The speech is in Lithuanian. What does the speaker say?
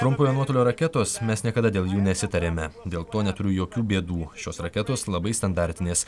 trumpojo nuotolio raketos mes niekada dėl jų nesitarėme dėl to neturiu jokių bėdų šios raketos labai standartinės